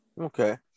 Okay